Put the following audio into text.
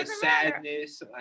sadness